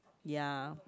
ya